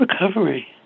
recovery